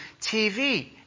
TV